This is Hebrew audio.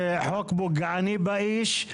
זה חוק פוגעני באיש,